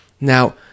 Now